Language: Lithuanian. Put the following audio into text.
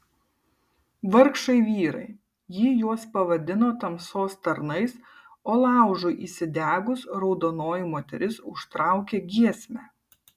vargšai vyrai ji juos pavadino tamsos tarnais o laužui įsidegus raudonoji moteris užtraukė giesmę